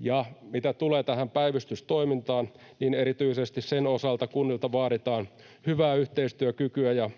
Ja mitä tulee tähän päivystystoimintaan, niin erityisesti sen osalta kunnilta vaaditaan hyvää yhteistyökykyä ja